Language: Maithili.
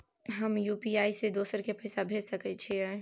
हम यु.पी.आई से दोसर के पैसा भेज सके छीयै?